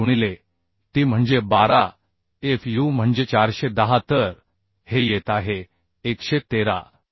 25 गुणिले t म्हणजे 12 Fu म्हणजे 410 तर हे येत आहे 113